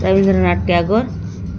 Rabindranath Tagore